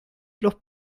los